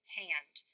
hand